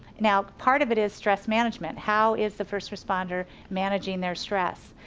now part of it is stress management. how is the first responder managing their stress.